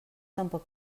tampoc